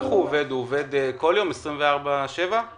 הוא עובד כל יום, 24 שעות ביממה?